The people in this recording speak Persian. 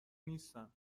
نیستم